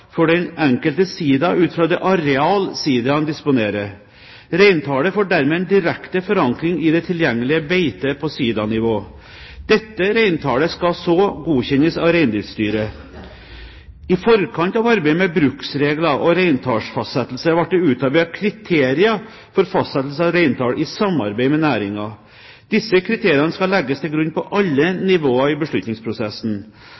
for den enkelte sida ut fra det areal sidaen disponerer. Reintallet får dermed en direkte forankring i det tilgjengelige beitet på sidanivå. Dette reintallet skal så godkjennes av Reindriftsstyret. I forkant av arbeidet med bruksregler og reintallsfastsettelse ble det utarbeidet kriterier for fastsettelse av reintall i samarbeid med næringen. Disse kriteriene skal legges til grunn på